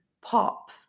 pop